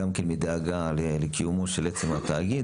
גם כן מדאגה לקיומו של עצם התאגיד,